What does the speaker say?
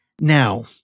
now